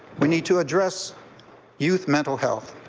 we need to address youth mental health.